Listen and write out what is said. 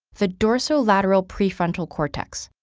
the dorsolateral prefrontal cortex.